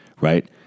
right